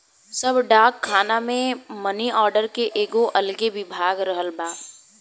सब डाक खाना मे मनी आर्डर के एगो अलगे विभाग रखल बा